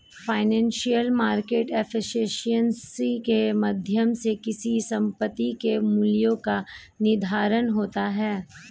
financial market efficiency के माध्यम से किसी संपत्ति के मूल्य का निर्धारण होता है